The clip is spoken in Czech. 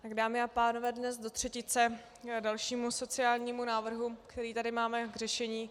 Dámy a pánové, dnes do třetice k dalšímu sociálnímu návrhu, který tady máme k řešení.